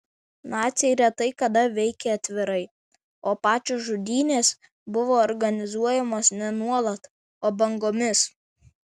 naciai retai kada veikė atvirai o pačios žudynės buvo organizuojamos ne nuolat o bangomis